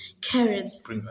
Carrots